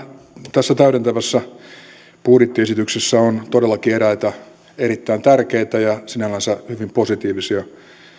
tässä täydentävässä budjettiesityksessä on todellakin eräitä erittäin tärkeitä ja sinällänsä hyvin positiivisia